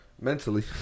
mentally